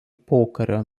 pokario